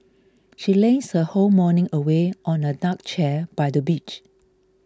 she lazed her whole morning away on a deck chair by the beach